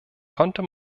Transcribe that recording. konnte